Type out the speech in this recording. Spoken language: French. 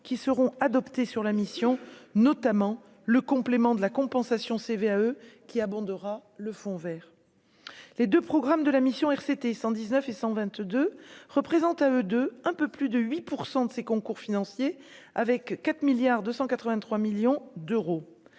qui seront adoptés sur la mission notamment le complément de la compensation CVAE qui abondera le fond Vert, les 2 programmes de la mission RCT 119 et 122 représentent à eux 2 un peu plus de 8 % de ses concours financiers avec 4 milliards